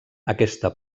aquesta